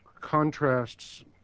Contrasts